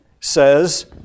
says